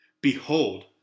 Behold